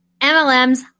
MLMs